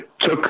took